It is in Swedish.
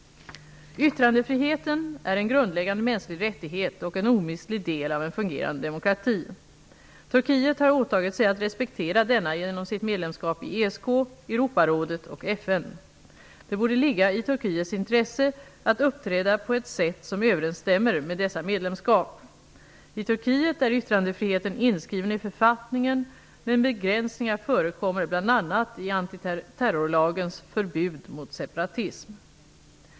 Yttrandefriheten är en grundläggande mänsklig rättighet och en omistlig del av en fungerande demokrati. Turkiet har åtagit sig att respektera denna genom sitt medlemskap i ESK, Europarådet och FN. Det borde ligga i Turkiets intresse att uppträda på ett sätt som överensstämmer med dessa medlemskap. I Turkiet är yttrandefriheten inskriven i författningen, men begränsningar förekommer bl.a. i antiterrorlagens förbud mot separatism.